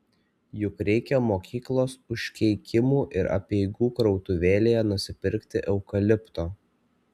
juk reikia mokyklos užkeikimų ir apeigų krautuvėlėje nusipirkti eukalipto